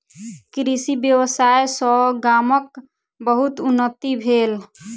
कृषि व्यवसाय सॅ गामक बहुत उन्नति भेल